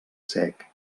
sec